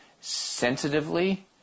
sensitively